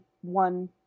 one